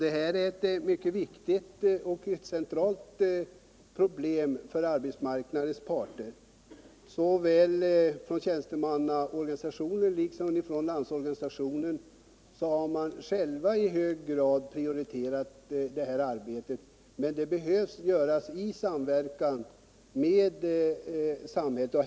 Det här är ett mycket viktigt och centralt problem för arbetsmarknadens parter, och såväl tjänstemannaorganisationer som Landsorganisationen har själva i hög grad prioriterat det här arbetet, men det behöver göras i samverkan med samhället.